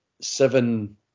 seven